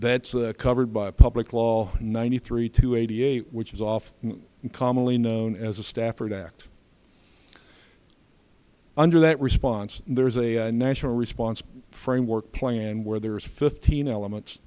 that's covered by public law ninety three to eighty eight which is off commonly known as a stafford act under that response there is a national response framework plan where there is fifteen elements